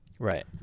Right